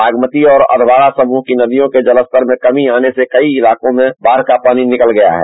बागमती और अधवारा समूह की नदियों के जलस्तर मे कमी आने से कयी ईलाकों से बाढ़ का पानी निकला है